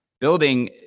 building